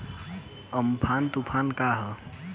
Amphan तुफान का ह?